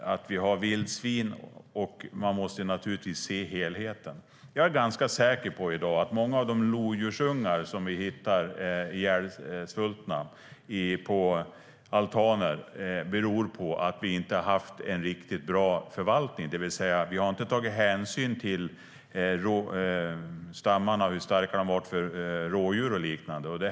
Vi har till exempel vildsvin, så man måste naturligtvis se helheten. Jag är ganska säker på att orsaken till att vi har hittat många lodjursungar ihjälsvultna på altaner är att man inte har haft en riktigt bra förvaltning. Den har inte tagit hänsyn till hur starka stammarna av rådjur och liknande har varit.